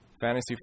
fantasy